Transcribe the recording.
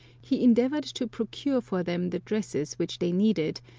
he endeavoured to pro cure for them the dresses which they needed,